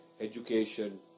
education